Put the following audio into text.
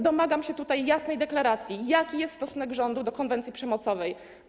Domagam się jasnej deklaracji, jaki jest stosunek rządu do konwencji przemocowej.